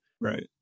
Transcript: Right